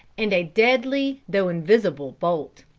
and a deadly though invisible bolt.